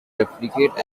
recuperate